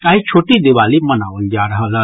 आइ छोटी दिवाली मनाओल जा रहल अछि